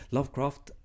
Lovecraft